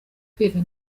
kwiga